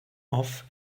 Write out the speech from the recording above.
off